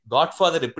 Godfather